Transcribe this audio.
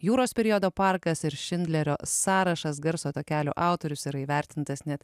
jūros periodo parkas ir šindlerio sąrašas garso takelių autorius yra įvertintas net